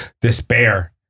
despair